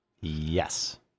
Yes